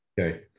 Okay